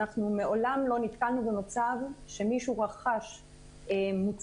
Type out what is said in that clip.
אנחנו מעולם לא נתקלנו במצב שמישהו רכש מוצר